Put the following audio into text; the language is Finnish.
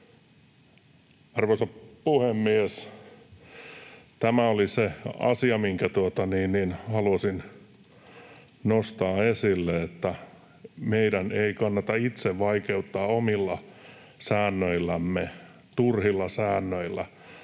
Arvoisa puhemies, tämä oli se asia, minkä halusin nostaa esille, sen, että meidän ei kannata itse vaikeuttaa omilla säännöillämme, turhilla säännöillä,